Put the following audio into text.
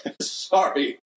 Sorry